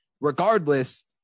regardless